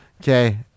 Okay